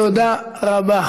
תודה רבה.